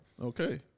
Okay